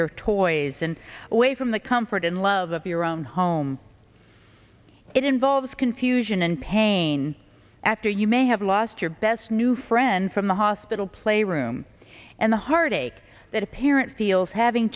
your toys and away from the comfort and love of your own home it involves confusion and pain after you may have lost your best new friend from the hospital playroom and the heartache that a parent feels having